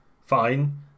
fine